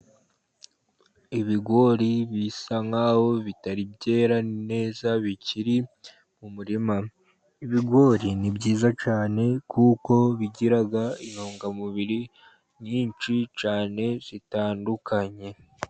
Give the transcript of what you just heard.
Ibigori bisa nk'aho bitari byera neza bikiri mu murima. Ibigori ni byiza cyane kuko bigira intungamubiri nyinshi cyane zitandukanye.